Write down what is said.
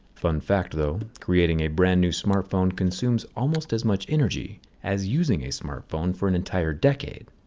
fun fact though creating a brand new smartphone consumes almost as much energy as using a smartphone for an entire decade.